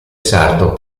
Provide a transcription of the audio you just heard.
sardo